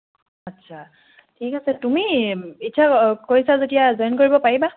আচ্ছা ঠিক আছে তুমি এতিয়া কৈছা যেতিয়া জইন কৰিব পাৰিবা